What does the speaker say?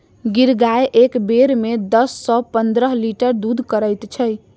गिर गाय एक बेर मे दस सॅ पंद्रह लीटर दूध करैत छै